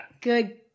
Good